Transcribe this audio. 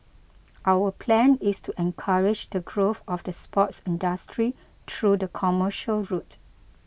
our plan is to encourage the growth of the sports industry through the commercial route